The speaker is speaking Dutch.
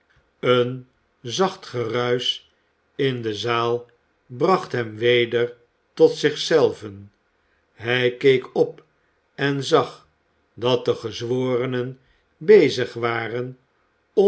een zacht geruisch in de zaal bracht hem weder tot zich zelven hij keek op en zag dat de gezworenen bezig waren